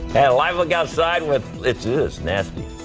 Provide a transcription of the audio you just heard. a live look outside with its is nasty.